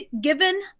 given